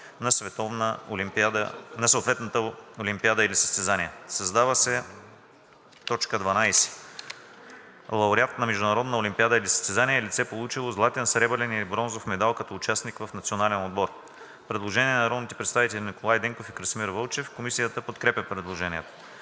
на съответната олимпиада или състезание.“ 2. Създава се т. 12: „12. „Лауреат на международна олимпиада или състезание“ е лице, получило златен, сребърен или бронзов медал като участник в национален отбор.“ Предложение на народните представители Николай Денков и Красимир Вълчев. Комисията подкрепя предложението.